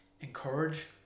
encourage